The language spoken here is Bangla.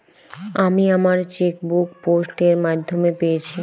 আমি আমার চেকবুক পোস্ট এর মাধ্যমে পেয়েছি